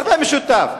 הרבה משותף.